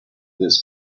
this